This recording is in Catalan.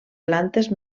plantes